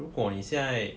如果你现在